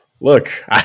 look